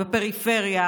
בפריפריה,